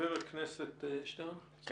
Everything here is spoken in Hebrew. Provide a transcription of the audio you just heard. חבר הכנסת שטרן, בבקשה.